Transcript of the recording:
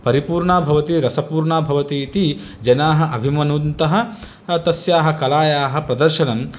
परिपूर्णा भवति रसपूर्णा भवति इति जनाः अभिमनुन्तः तस्याः कलायाः प्रदर्शनं